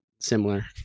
similar